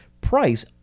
Price